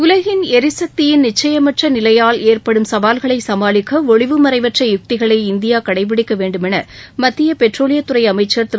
உலகின் எரிசக்தியின் நிச்சயமற்ற நிலையால் ஏற்படும் சவால்களை சமாளிக்க ஒளிவுமறைவற்ற யுக்திகளை இந்தியா கடைப்பிடிக்க வேண்டுமென மத்திய பெட்ரோலியத்துறை அமைச்சள் திரு